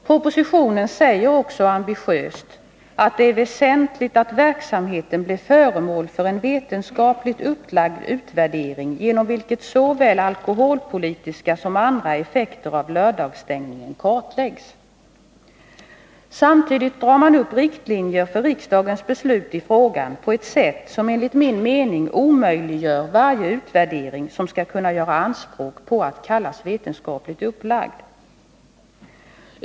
Propositionen säger också ambitiöst: ”Det är väsentligt att verksamheten blir föremål för en vetenskapligt upplagd utvärdering genom vilken såväl alkoholpolitiska som andra effekter av lördagsstängningen kartläggs.” Samtidigt drar man upp riktlinjer för riksdagens beslut i frågan på ett sätt som enligt min mening omöjliggör varje utvärdering som skall kunna göra anspråk på att vara vetenskapligt upplagd.